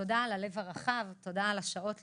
תודה על הלב הרחב, תודה על השעות-לא-שעות,